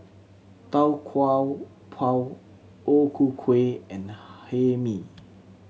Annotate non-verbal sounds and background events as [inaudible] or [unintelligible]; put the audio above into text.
Tau Kwa Pau O Ku Kueh and [unintelligible] Hae Mee